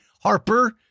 Harper